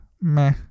meh